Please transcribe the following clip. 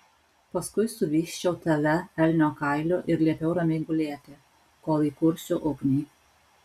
paskui suvysčiau tave elnio kailiu ir liepiau ramiai gulėti kol įkursiu ugnį